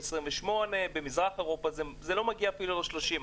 28. במזרח אירופה זה אפילו לא מגיע ל-30.